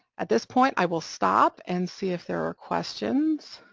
at this point i will stop and see if there are questions.